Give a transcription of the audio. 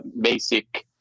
basic